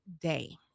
day